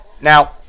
Now